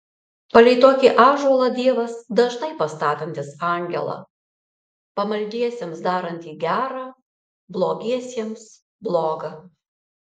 palei tokį ąžuolą dievas dažnai pastatantis angelą pamaldiesiems darantį gera blogiesiems bloga